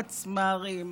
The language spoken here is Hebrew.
פצמ"רים,